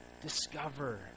discover